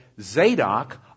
Zadok